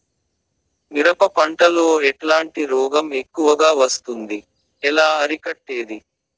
మిరప పంట లో ఎట్లాంటి రోగం ఎక్కువగా వస్తుంది? ఎలా అరికట్టేది?